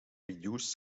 reduced